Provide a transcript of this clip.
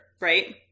right